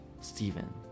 Stephen